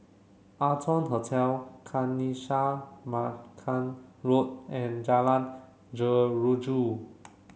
Arton Hotel Kanisha Marican Road and Jalan Jeruju